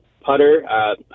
putter